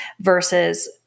versus